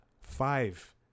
five